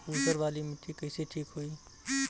ऊसर वाली मिट्टी कईसे ठीक होई?